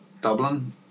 Dublin